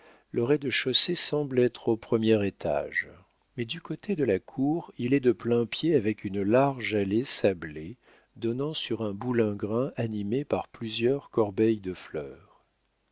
le rez-de-chaussée semble être au premier étage mais du côté de la cour il est de plain-pied avec une large allée sablée donnant sur un boulingrin animé par plusieurs corbeilles de fleurs